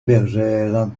bergère